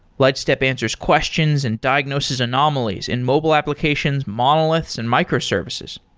lightstep answers questions and diagnosis anomalies in mobile applications, monoliths and microservices.